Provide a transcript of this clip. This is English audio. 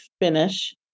finish